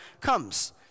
comes